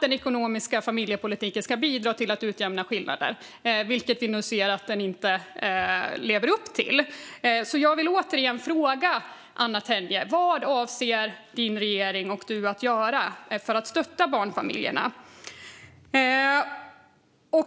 Den ekonomiska familjepolitiken ska bidra till att utjämna skillnader. Men nu ser vi att den inte lever upp till detta. Jag vill återigen fråga Anna Tenje: Vad avser din regering och du att göra för att stötta barnfamiljerna?